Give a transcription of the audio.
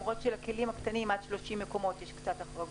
למרות שלכלים הקטנים עד 30 מקומות יש קצת החרגות.